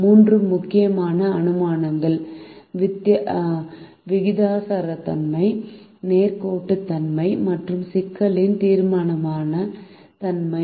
மூன்று முக்கியமான அனுமானங்கள் விகிதாசாரத்தன்மை நேர்கோட்டுத்தன்மை மற்றும் சிக்கலின் தீர்மானகரமான தன்மை